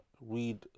read